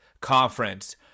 conference